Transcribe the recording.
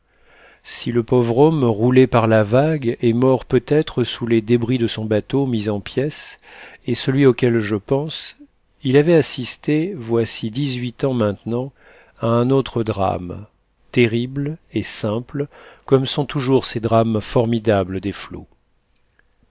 si le pauvre homme roulé par la vague et mort peut-être sous les débris de son bateau mis en pièces est celui auquel je pense il avait assisté voici dix-huit ans maintenant à un autre drame terrible et simple comme sont toujours ces drames formidables des flots